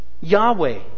Yahweh